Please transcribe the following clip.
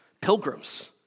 pilgrims